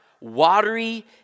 watery